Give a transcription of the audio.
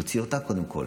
תוציא אותה קודם כול.